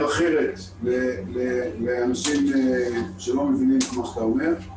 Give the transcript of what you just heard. אחרת לאנשים שלא מבינים את מה שאתה אומר.